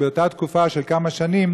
באותה תקופה של כמה שנים,